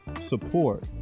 support